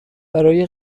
برای